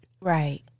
Right